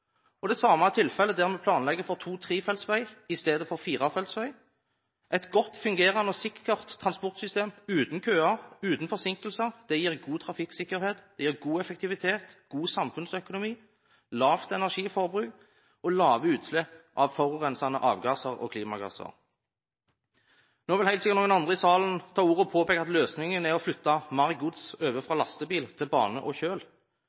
Det samme er tilfellet der man planlegger for to- eller trefeltsvei i stedet for firefeltsvei. Et godt fungerende og sikkert transportsystem uten køer og uten forsinkelser gir god trafikksikkerhet, god effektivitet, god samfunnsøkonomi, lavt energiforbruk og lave utslipp av forurensende avgasser og klimagasser. Nå vil helt sikkert noen andre i salen ta ordet og påpeke at løsningen er å flytte mer gods over fra lastebil til bane og kjøl.